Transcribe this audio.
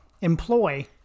employ